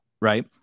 right